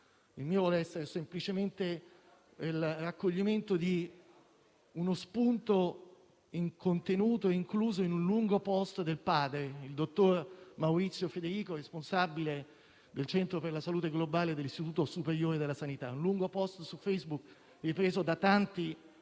il mio vuole essere semplicemente il raccoglimento di uno spunto, incluso in un lungo *post* del padre, il dottor Maurizio Federico, responsabile del Centro nazionale per la salute globale dell'Istituto superiore di sanità: un lungo *post* su Facebook ripreso da tanti